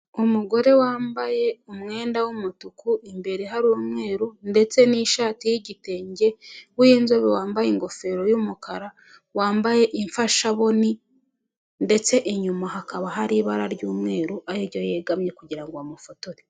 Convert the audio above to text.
Umugore wambaye umwenda w'umutuku, imbere hari umweru ndetse n'ishati y'igitenge, w'inzobe wambaye ingofero y'umukara, wambaye imfashaboni ndetse inyuma hakaba hari ibara ry'umweru ari ryo yegamye kugira ngo bamufotore.